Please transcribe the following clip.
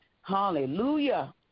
Hallelujah